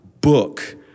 book